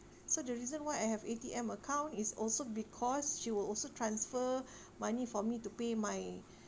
so the reason why I have A_T_M account is also because she will also transfer money for me to pay my